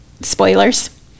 spoilers